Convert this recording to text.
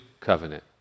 covenant